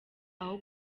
aho